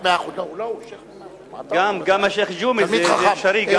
גם השיח' ג'ומס זה בסדר גמור.